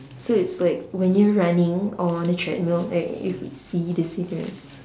so it's like when you're running on the treadmill right you could see the scenery